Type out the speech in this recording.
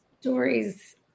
stories